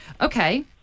Okay